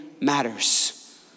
matters